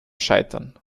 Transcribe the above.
scheitern